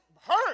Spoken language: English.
hurt